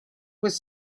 with